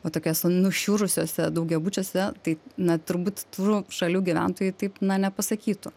va tokia su nušiurusio se daugiabučiuose tai na turbūt tų šalių gyventojai taip na nepasakytų